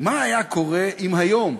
מה היה קורה אם היום